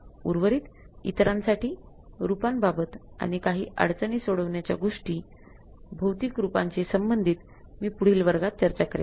उर्वरित इतरांसाठी रूपांबाबत आणि काही अडचणी सोडवण्याच्या गोष्टी भौतिकरूपांशी संबंधित मी पुढील वर्गात चर्चा करेन